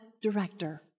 director